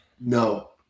no